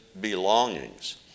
belongings